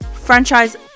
franchise